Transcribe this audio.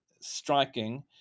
striking